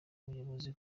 ubuyobozi